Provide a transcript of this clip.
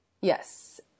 Yes